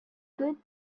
good